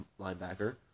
linebacker